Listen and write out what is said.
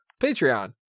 patreon